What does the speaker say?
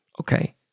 okay